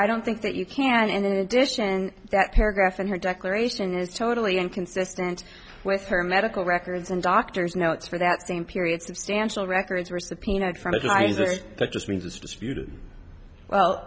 i don't think that you can in addition that paragraph in her declaration is totally inconsistent with her medical records and doctor's notes for that same period substantial records were subpoenaed